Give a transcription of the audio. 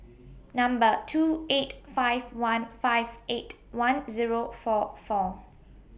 Number two eight five one five eight one Zero four four